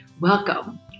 Welcome